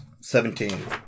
seventeen